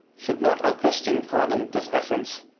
should not a christian pardon this offence,